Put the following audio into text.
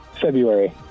February